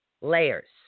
layers